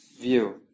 view